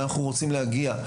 אליה אנחנו רוצים להגיע,